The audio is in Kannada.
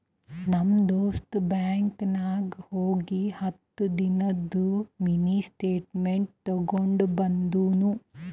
ನಮ್ ದೋಸ್ತ ಬ್ಯಾಂಕ್ ನಾಗ್ ಹೋಗಿ ಹತ್ತ ದಿನಾದು ಮಿನಿ ಸ್ಟೇಟ್ಮೆಂಟ್ ತೇಕೊಂಡ ಬಂದುನು